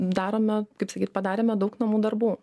darome kaip sakyt padarėme daug namų darbų